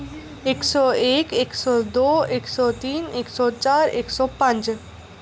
इक्क सौ इक्क इक्क सौ दो इक्क सौ तिन इक्क सौ चार इक्क सौ पंज